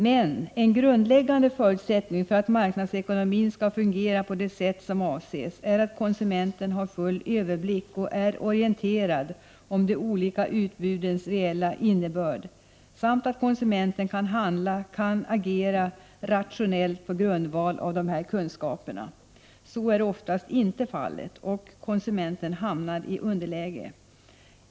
Men en grundläggande förutsättning för att marknadsekonomin skall fungera på det sätt som avses är att konsumenten har full överblick och är orienterad om de olika utbudens reella innebörd samt att konsumenten kan handla/agera rationellt på grundval av dessa kunskaper. Så är ofta inte fallet, och konsumenten hamnar i underläge.